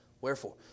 wherefore